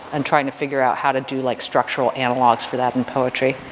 and trying to figure out how to do like structural analogues for that in poetry.